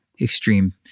extreme